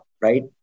right